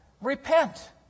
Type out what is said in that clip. repent